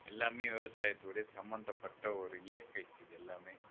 எல்லாமே விவசாயத்தோடு சம்பந்தப்பட்ட ஒரு இயற்கை இது எல்லாமே